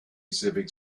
civic